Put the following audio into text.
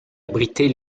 abriter